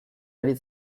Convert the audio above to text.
ari